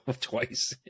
twice